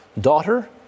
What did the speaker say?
daughter